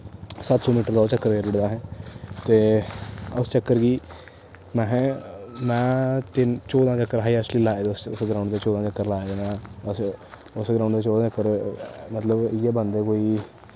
सत्त सौ मीटर दा ओह् चक्कर करी ओड़े दा असें ते उस चक्कर गी महां में तिन्न चौदां चक्कर हाईऐस्ट लाए दे ओह्दे च उस ग्राउंड दे चौदां चक्कर लाए दे में उस उस ग्राउंड दे चौदां चक्कर मतलब इ'यै बनदे कोई